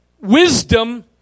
wisdom